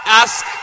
ask